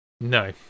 No